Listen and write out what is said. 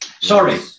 Sorry